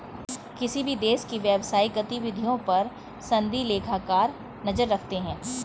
किसी भी देश की व्यवसायिक गतिविधियों पर सनदी लेखाकार नजर रखते हैं